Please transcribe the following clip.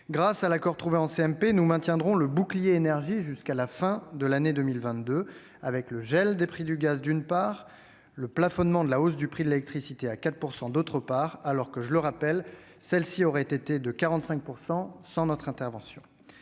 Grâce à l'accord trouvé en CMP, nous maintiendrons le « bouclier énergie » jusqu'à la fin de l'année 2022, avec le gel du prix du gaz, d'une part, et le plafonnement de la hausse du prix de l'électricité à 4 %, d'autre part, alors que, je le rappelle, cette dernière hausse aurait été de 45 % sans notre intervention.